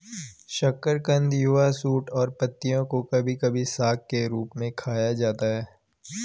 शकरकंद युवा शूट और पत्तियों को कभी कभी साग के रूप में खाया जाता है